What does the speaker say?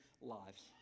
lives